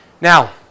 Now